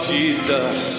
Jesus